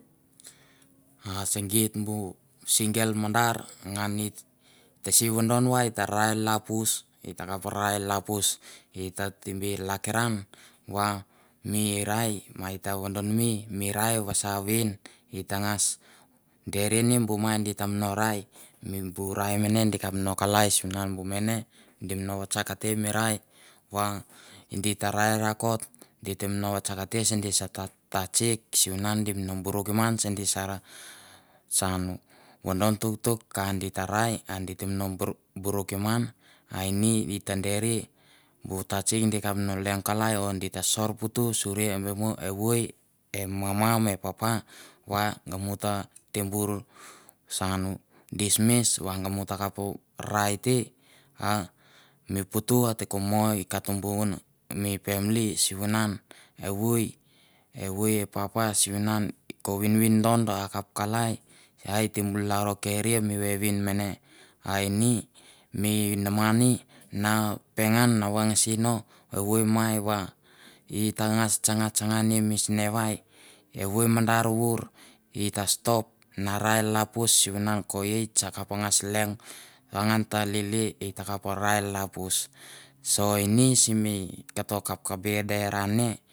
A se geit bu single mandar ngan it se vodon va e ta rai lalpus, i takap rai lalpus, i ta te be lakiran va mi rai ma i ta vodonme mi rai vasa a ven. I tangas derie ni bu mai di tam no rai mi bu rai mane di kap no kalai sivuna bu mene di mono vatsakte bu rai va di ta rai rakot, di tem no vatsakte se gi sar tatsik sivunan di mono burukim ngan ke gi sar sauna vodon tuktuk ka di ta rai, di tem no burukim ngan a ini i ta deria bu tatsik di kap no leong kalai o di ta sor putu suria be mo evoi e mama ma e papa va nga mu te ta bur sauna dismiss va nga mu takap rai te a mi putu ate ko mo i katubon mi pamli sivunan evoi, evoi e pap sivunan ko vinvindon akap kalai a e te bor rai mi vevin mane. A ini mi nama ni na pengan na vangase no, evoi mai va i tangas tsanga tsanga ne mi sinavai, evoi mi mandar vour i ta stop na rai lalpus sivunan ko age akap ngas leong va ngan ta lili i takap rai lalapus. So ini simi koto kapkapdera ne.